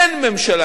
אין ממשלה